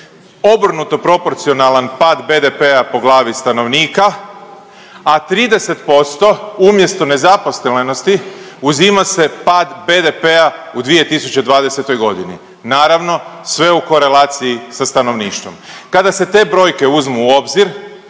obrnuto proporcionalan pad BDP-a po glavi stanovnika, a 30% umjesto nezaposlenosti uzima se pad BDP-a u 2020.g., naravno sve u korelaciji sa stanovništvom. Kada se te brojke uzmu u obzir